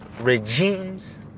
regimes